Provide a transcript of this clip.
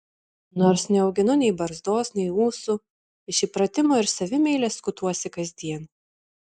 nors neauginu nei barzdos nei ūsų iš įpratimo ir savimeilės skutuosi kasdien